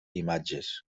imatges